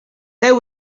there